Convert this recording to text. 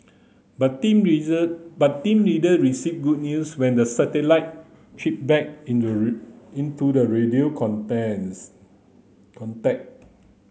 but team but team later received good news when the satellite chirped back into the radio contacts contact